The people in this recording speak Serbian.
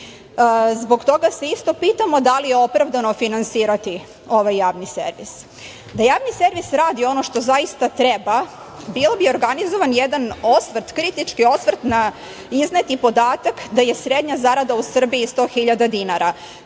Zbog toga se isto pitamo - da li je opravdano finansirati ovaj Javni servis? Da Javni servis radi ono što zaista treba bio bi organizovan jedan osvrt kritički na izneti podatak da je srednja zarada u Srbiji 100 hiljada dinara.